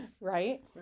Right